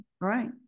Right